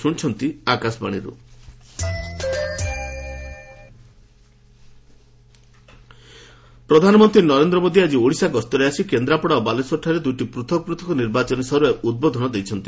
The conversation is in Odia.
ଓଡ଼ିଶା ପ୍ରଧାନମନ୍ତ୍ରୀ ପ୍ରଧାନମନ୍ତ୍ରୀ ନରେନ୍ଦ୍ର ମୋଦି ଆଜି ଓଡ଼ିଶା ଗସ୍ତରେ ଆସି କେନ୍ଦ୍ରାପଡ଼ା ଓ ବାଲେଶ୍ୱରଠାରେ ଦୁଇଟି ପୂଥକ ପୃଥକ ନିର୍ବାଚନୀ ସଭାରେ ଉଦ୍ବୋଧନ ଦେଇଛନ୍ତି